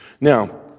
Now